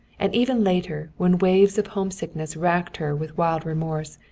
and even later, when waves of homesickness racked her with wild remorse,